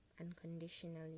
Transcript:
unconditionally